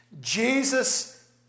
Jesus